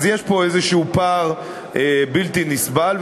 יש פה איזה פער בלתי נסבל.